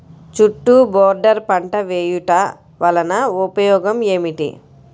చుట్టూ బోర్డర్ పంట వేయుట వలన ఉపయోగం ఏమిటి?